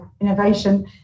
innovation